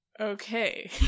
okay